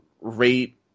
rate